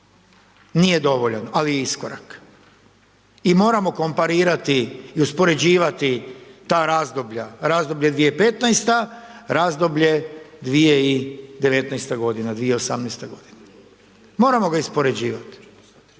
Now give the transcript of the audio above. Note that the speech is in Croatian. nije dovoljan, ali je iskorak i moramo komparirati i uspoređivati ta razdoblja, razdoblje 2015-ta, razdoblje 2019.-ta, 2018.-ta godina. Moramo ga uspoređivati